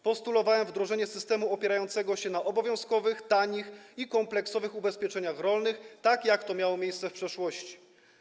Postulowałem wdrożenie systemu opierającego się na obowiązkowych, tanich i kompleksowych ubezpieczeniach rolnych, tak jak to miało miejsce w przeszłości.